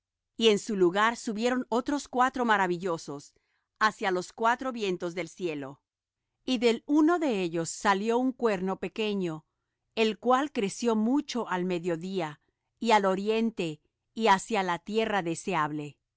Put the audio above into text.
y en su lugar subieron otros cuatro maravillosos hacia los cuatro vientos del cielo y del uno de ellos salió un cuerno pequeño el cual creció mucho al mediodía y al oriente y hacia la tierra deseable